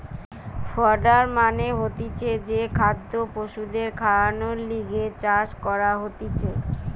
fodder মানে হতিছে যে খাদ্য পশুদের খাওয়ানর লিগে চাষ করা হতিছে